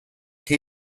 che